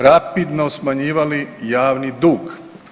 Rapidno smanjivali javni dug.